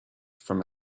from